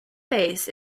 base